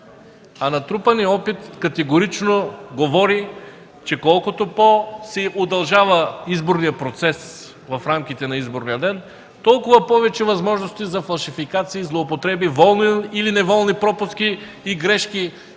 Натрупаният опит категорично говори, че колкото повече се удължава изборният процес в рамките на изборния ден, толкова повече възможности за фалшификация и злоупотреби, волни или неволни пропуски и грешки